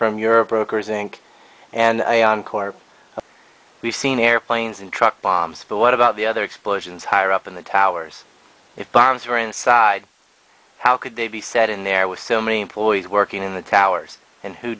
from your brokers inc and i encore we've seen airplanes and truck bombs but what about the other explosions higher up in the towers if bombs were inside how could they be set in there with so many employees working in the towers and who